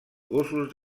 gossos